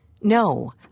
No